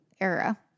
era